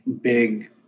big